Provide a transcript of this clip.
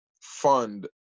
fund